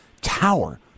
tower